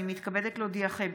הינני מתכבדת להודיעכם,